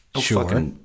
Sure